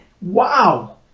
Wow